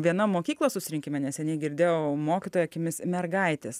vienam mokyklos susirinkime neseniai girdėjau mokytoja akimis mergaitės